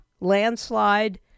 landslide